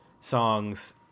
songs